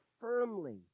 firmly